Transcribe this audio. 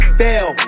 fail